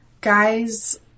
guys